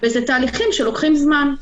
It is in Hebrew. --- וזה תהליכים שלוקחים זמן.